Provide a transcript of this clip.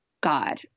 god